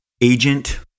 agent